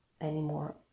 anymore